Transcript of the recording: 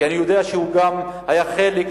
כי אני יודע שהוא גם היה חלק,